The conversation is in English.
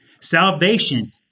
Salvation